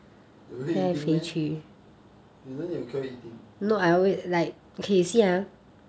you always eating meh 你那里 keep on eating